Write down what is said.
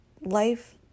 life